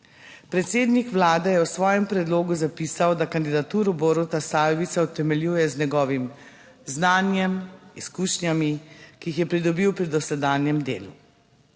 predsednik vlade je v svojem predlogu zapisal, da kandidaturo Boruta Sajovica utemeljuje z njegovim znanjem, izkušnjami, ki jih je pridobil pri dosedanjem delu.